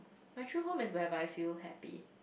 actual home is whereby I feel happy